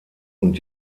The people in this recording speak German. und